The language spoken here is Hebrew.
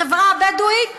בחברה הבדואית ובכלל.